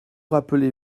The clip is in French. rappelez